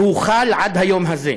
והוא חל עד היום הזה.